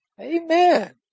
Amen